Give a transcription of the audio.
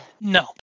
No